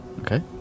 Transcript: Okay